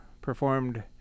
performed